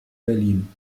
berlin